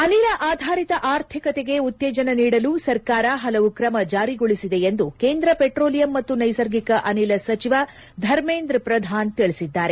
ಅನಿಲ ಆಧಾರಿತ ಆರ್ಥಿಕತೆಗೆ ಉತ್ತೇಜನ ನೀಡಲು ಸರ್ಕಾರ ಹಲವು ತ್ರಮ ಜಾರಿಗೊಳಿಸಿದೆ ಎಂದು ಕೇಂದ್ರ ಪೆಟ್ರೋಲಿಯಂ ಮತ್ತು ನೈಸರ್ಗಿಕ ಅನಿಲ ಸಚಿವ ಧರ್ಮೇಂದ್ರ ಪ್ರಧಾನ್ ತಿಳಿಬಿದ್ದಾರೆ